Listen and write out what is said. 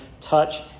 touch